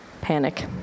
panic